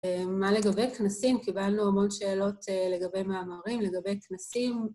מה לגבי כנסים? קיבלנו המון שאלות לגבי מאמרים, לגבי כנסים.